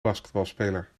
basketbalspeler